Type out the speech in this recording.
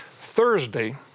Thursday